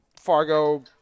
Fargo